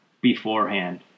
beforehand